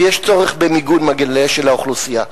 שיש צורך במיגון מלא של האוכלוסייה.